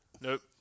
Nope